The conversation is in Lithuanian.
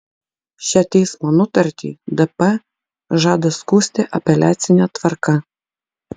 šią teismo nutartį dp žada skųsti apeliacine tvarka